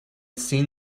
seen